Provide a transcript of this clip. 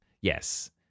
Yes